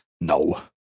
No